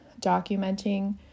documenting